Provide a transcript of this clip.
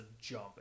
jump